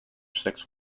sex